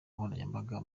nkoranyambaga